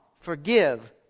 Forgive